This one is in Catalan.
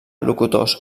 locutors